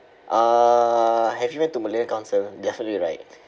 uh have you went to malayan council definitely right